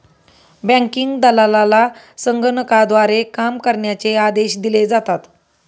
banking दलालाला संगणकाद्वारे काम करण्याचे आदेश दिले जातात